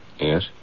Yes